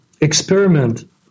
experiment